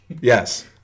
Yes